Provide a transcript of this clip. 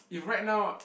if right now